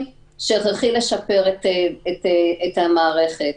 שהכרחי לשפר את המערכת.